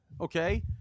Okay